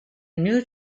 new